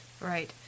Right